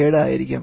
07 ആയിരിക്കും